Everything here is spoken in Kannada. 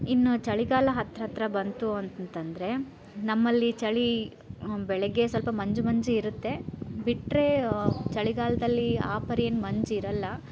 ಇನ್ನೂ ಚಳಿಗಾಲ ಹತ್ರಹತ್ರ ಬಂತು ಅಂತಂದರೆ ನಮ್ಮಲ್ಲಿ ಚಳಿ ಬೆಳಗ್ಗೆ ಸ್ವಲ್ಪ ಮಂಜು ಮಂಜು ಇರುತ್ತೆ ಬಿಟ್ಟರೆ ಚಳಿಗಾಲದಲ್ಲಿ ಆ ಪರಿ ಏನು ಮಂಜಿರೋಲ್ಲ